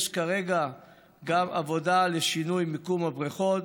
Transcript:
יש כרגע גם עבודה לשינוי מיקום הבריכות,